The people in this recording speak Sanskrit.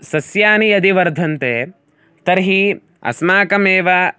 सस्यानि यदि वर्धन्ते तर्हि अस्माकमेव